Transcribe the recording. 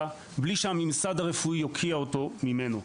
בלי שהממסד הרפואי יוקיע אותו ממנו.